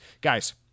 Guys